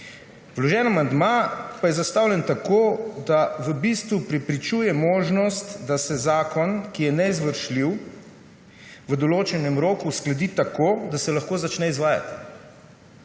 Vloženi amandma pa je zastavljen tako, da v bistvu preprečuje možnost, da se zakon, ki je neizvršljiv, v določenem roku uskladi tako, da se lahko začne izvajati.